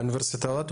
באוניברסיטאות,